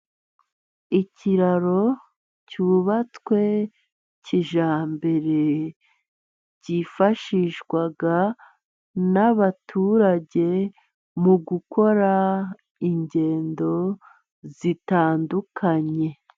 Ikiraro cyubatswe kijyambere, cyifashishwa n'abaturage mu gukora ingendo zitandukanye.